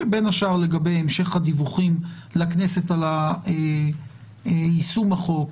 בין השאר לגבי המשך הדיווחים לכנסת על יישום החוק,